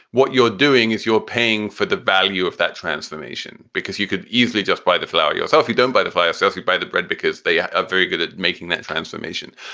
what you're doing is you're paying for the value of that transformation because you could easily just buy the flour. so if you don't buy the fire service, you buy the bread because they are very good at making that transformation.